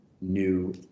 new